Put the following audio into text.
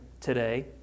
today